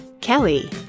Kelly